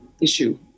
issue